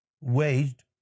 waged